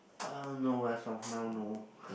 uh no as of now no